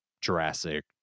jurassic